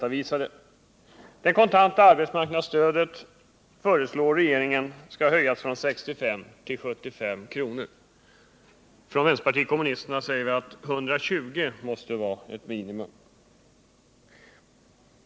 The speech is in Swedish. Regeringen föreslår att det kontanta arbetsmarknadsstödet skall höjas från 65 till 75 kr., medan vänsterpartiet kommunisterna säger att 120 kr. måste vara ett minimum.